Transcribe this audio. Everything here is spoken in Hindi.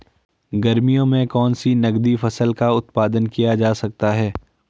गर्मियों में कौन सी नगदी फसल का उत्पादन किया जा सकता है?